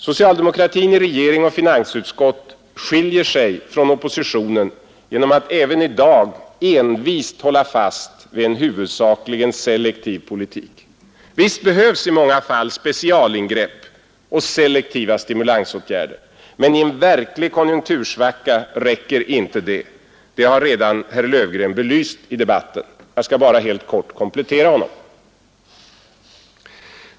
Socialdemokratin i regering och finansutskott skiljer sig från oppositionen genom att även i dag envist hålla fast vid en huvudsakligen selektiv politik. Visst behövs i många fall specialingrepp och selektiva stimulansåtgärder. Men i en verklig konjunktursvacka räcker inte det. Den saken har redan belysts i debatten av herr Löfgren. Jag skall bara helt kort komplettera honom.